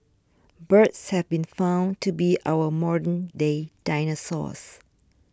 birds have been found to be our modern day dinosaurs